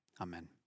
Amen